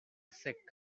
sick